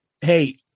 hey